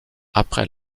après